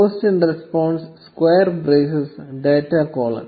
post in response square brace data colon